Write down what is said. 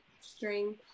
string